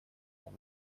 нам